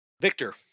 Victor